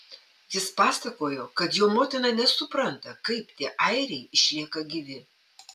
jis pasakojo kad jo motina nesupranta kaip tie airiai išlieka gyvi